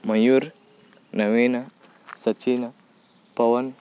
Mayur Naveen Sachin Pavan